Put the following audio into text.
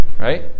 Right